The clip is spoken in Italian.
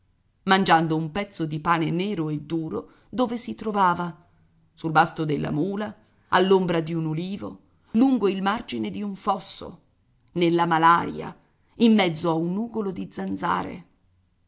mangiando un pezzo di pane nero e duro dove si trovava sul basto della mula all'ombra di un ulivo lungo il margine di un fosso nella malaria in mezzo a un nugolo di zanzare